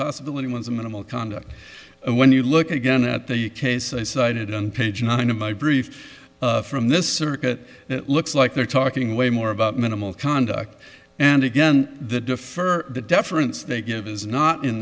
possibility one's a minimal conduct and when you look again at the case i cited on page nine of my brief from this circuit it looks like they're talking way more about minimal conduct and again the defer deference they give is not in